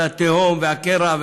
התהום והקרע.